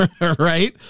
right